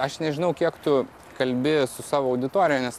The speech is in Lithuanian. aš nežinau kiek tu kalbi su savo auditorija nes